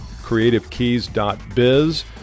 creativekeys.biz